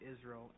Israel